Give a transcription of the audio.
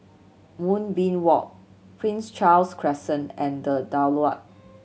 Moonbeam Walk Prince Charles Crescent and The Daulat